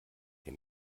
der